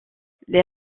les